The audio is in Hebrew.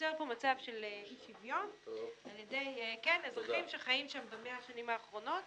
נוצר כאן מצב של אי שוויון על ידי אזרחים שחיים שם ב-100 השנים האחרונות